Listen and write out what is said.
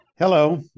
Hello